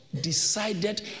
decided